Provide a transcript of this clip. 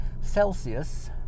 Celsius